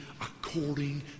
according